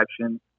action